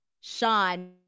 Sean